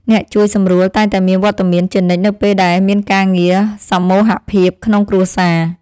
អ្នកជួយសម្រួលតែងតែមានវត្តមានជានិច្ចនៅពេលដែលមានការងារសមូហភាពក្នុងគ្រួសារ។